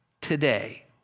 today